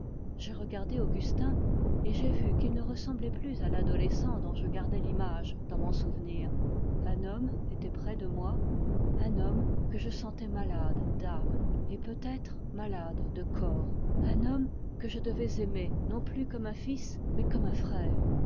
j'ai regardé augustin et j'ai vu qu'il ne ressemblait plus à l'adolescent dont je gardais l'image dans mon souvenir un homme était près de moi un homme que je sentais malade d'âme et peut-être malade de corps un homme que je devais aimer non plus comme un fils mais comme un frère